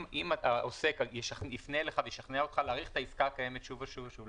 אם העוסק יפנה אליך וישכנע אותך להאריך את העסקה הקיימת שוב ושוב ושוב,